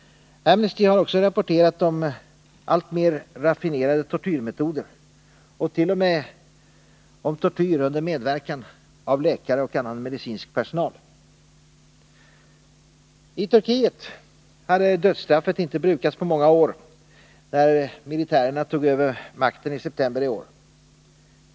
Amnesty har också rapporterat om alltmer raffinerade tortyrmetoder och t.o.m. om tortyr under medverkan av läkare och annan medicinsk personal. I Turkiet hade dödsstraffet inte brukats på många år när militärerna tog över makten i september i år.